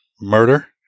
murder